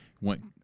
went